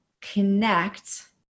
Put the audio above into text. connect